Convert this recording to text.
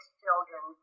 children